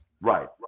Right